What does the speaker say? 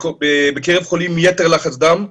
בקרב חולים מיתר לחץ דם,